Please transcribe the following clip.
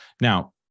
Now